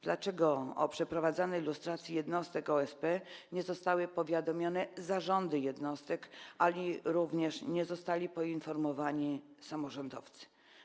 Dlaczego o przeprowadzanej lustracji jednostek OSP nie zostały powiadomione zarządy jednostek ani nie zostali poinformowani samorządowcy?